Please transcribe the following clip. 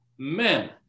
men